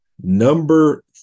Number